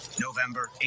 November